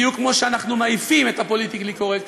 בדיוק כמו שאנחנו מעיפים את הפוליטיקלי-קורקט.